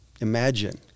Imagine